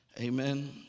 amen